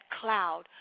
cloud